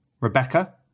Rebecca